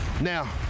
Now